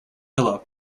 pillow